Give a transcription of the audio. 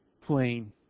plain